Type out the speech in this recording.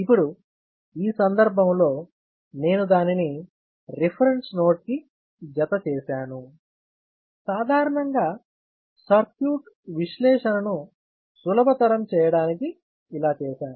ఇప్పుడు ఈ సందర్భంలో నేను దానిని రిఫరెన్స్ నోడ్కి జత చేశాను సాధారణంగా సర్క్యూట్ విశ్లేషణను సులభతరం చేయడానికి ఇలా చేశాను